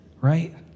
Right